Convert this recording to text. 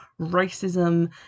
racism